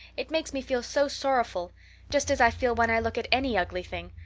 it makes me feel so sorrowful just as i feel when i look at any ugly thing.